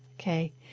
okay